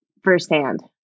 firsthand